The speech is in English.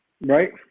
Right